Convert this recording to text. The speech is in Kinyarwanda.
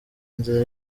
nzira